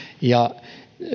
ja